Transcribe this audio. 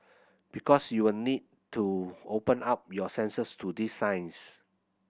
because you'll need to open up your senses to these signs